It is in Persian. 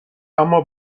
اما